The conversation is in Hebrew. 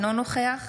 אינו נוכח